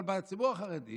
בציבור החרדי